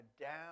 down